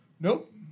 Nope